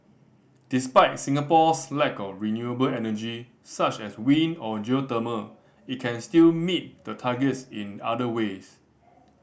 despite Singapore's lack of renewable energy such as wind or geothermal it can still meet the targets in other ways